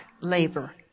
labor